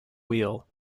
wheel